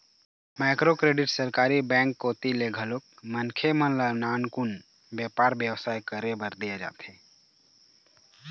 micro credit सरकारी bank कोती ले घलोक मनखे मन ल नानमुन बेपार बेवसाय करे बर देय जाथे